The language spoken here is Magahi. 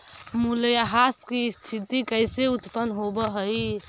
मूल्यह्रास की स्थिती कैसे उत्पन्न होवअ हई?